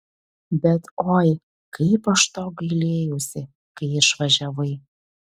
bet oi kaip aš to gailėjausi kai išvažiavai